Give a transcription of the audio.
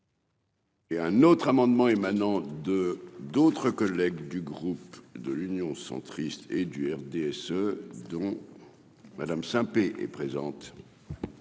Et un autre amendement émanant de d'autres collègues du groupe de l'Union centriste et du RDSE, dont Madame Saint-Pé est présente.